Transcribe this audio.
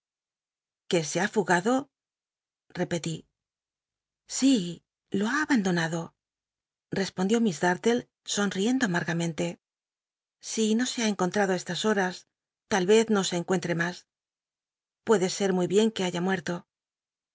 se ha fugado repetí si lo ha abandonado respond ió miss dartle somiendo amargamente si no se ha enconlmdo á estas horas tal ycz no se encuentre mas muy bien que haya muerto